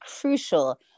crucial